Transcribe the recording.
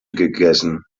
gegessen